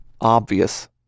obvious